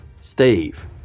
Steve